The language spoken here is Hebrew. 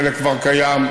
חלק כבר קיים,